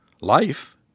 life